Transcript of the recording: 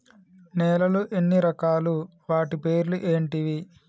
నేలలు ఎన్ని రకాలు? వాటి పేర్లు ఏంటివి?